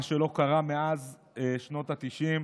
משהו שלא קרה מאז שנות התשעים,